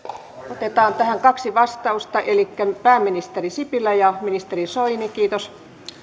otetaan tähän kaksi vastausta elikkä pääministeri sipilä ja ministeri soini kiitos